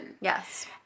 Yes